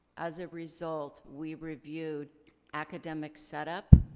as a result, we reviewed academic set up,